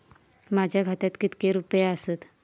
माझ्या खात्यात कितके रुपये आसत?